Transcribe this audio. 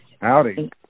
Howdy